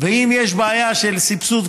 ואם יש בעיה של סבסוד,